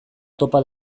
topa